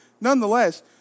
nonetheless